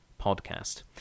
podcast